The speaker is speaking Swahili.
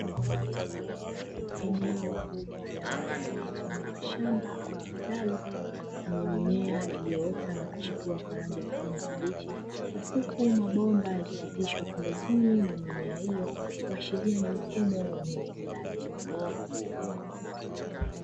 Eneo kubwa la wazi lenye mfano wa shamba au kitalu yenye mimea iliyoota na kuchipua kwa rangi ya kijani kibichi, huku mabomba yakipitishwa pembeni ya mimea hiyo, kuashiria ni mfumo wa umwagiliaji.